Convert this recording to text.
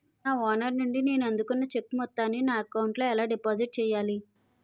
నా ఓనర్ నుండి నేను అందుకున్న చెక్కు మొత్తాన్ని నా అకౌంట్ లోఎలా డిపాజిట్ చేయాలి?